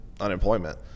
unemployment